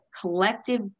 collective